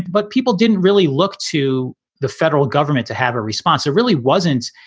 but people didn't really look to the federal government to have a response. it really wasn't,